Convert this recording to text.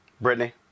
Brittany